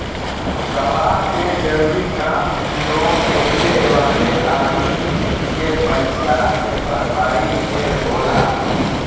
गवाह के जरूरी काम लोन लेवे वाले अदमी के पईसा के भरपाई के होला